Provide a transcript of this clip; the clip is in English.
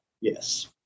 yes